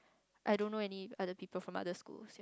I don't know any other people from other school